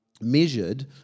measured